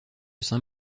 saint